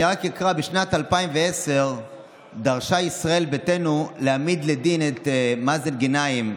אני רק אקרא: בשנת 2010 דרשה ישראל ביתנו להעמיד לדין את מאזן גנאים,